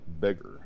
bigger